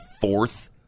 fourth